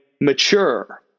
mature